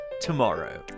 tomorrow